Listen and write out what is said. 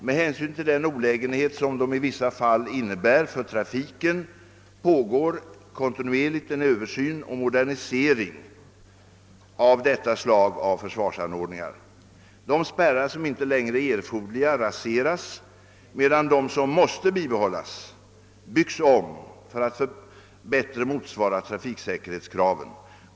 Med hänsyn till den olägenhet som de i vissa fall innebär för trafiken pågår en kontinuerlig översyn och modernisering av detta slag av försvarsanordningar. De spärrar som inte längre är erforderliga raseras medan de som måste bibehål ias byggs om för att bättre motsvara trafiksäkerhetskraven.